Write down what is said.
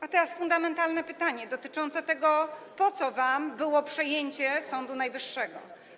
A teraz fundamentalne pytanie dotyczące tego, po co wam było przejęcie Sądu Najwyższego.